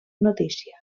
notícia